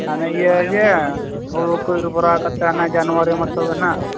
ᱦᱟᱱᱮ ᱤᱭᱟᱹᱜᱮ ᱦᱩᱲᱩ ᱠᱚ ᱤᱨ ᱵᱟᱲᱟ ᱠᱟᱛᱮᱫ ᱦᱟᱱᱮ ᱡᱟᱱᱩᱣᱟᱨᱤ ᱢᱟᱥ ᱫᱚ ᱦᱟᱸᱜ